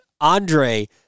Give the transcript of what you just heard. Andre